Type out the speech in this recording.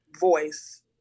voice